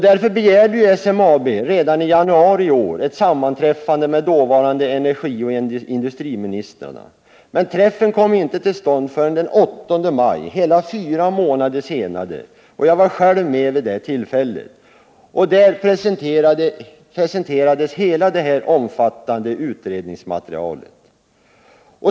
Därför begärde SMAB redan i januari i år ett sammanträffande med dåvarande energioch industriministrarna. Men träffen kom inte till stånd förrän den 8 maj, hela fyra månader senare. Jag var själv med vid det tillfället. Där presenterades hela det omfattande utredningsmaterialet.